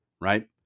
right